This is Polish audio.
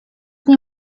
nie